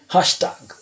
Hashtag